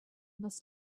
must